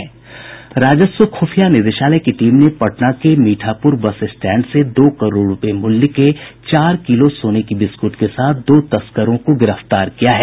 राजस्व ख्रफिया निदेशालय की टीम ने पटना के मीठापुर बस स्टैंड से दो करोड़ रूपये मूल्य के चार किलो सोने की बिस्कुट के साथ दो तस्करों को गिरफ्तार किया है